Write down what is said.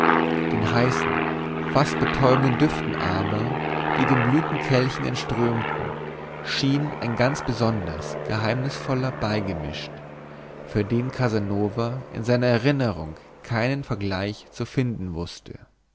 den heißen fast betäubenden düften aber die den blütenkelchen entströmten schien ein ganz besonders geheimnisvoller beigemischt für den casanova in seiner erinnerung keinen vergleich zu finden wußte